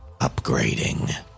upgrading